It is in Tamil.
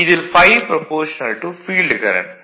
இதில் ∅ ஃபீல்டு கரண்ட்